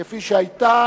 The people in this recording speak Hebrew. כפי שהיתה